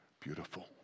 beautiful